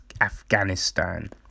Afghanistan